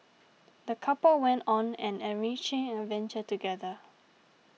the couple went on an enriching adventure together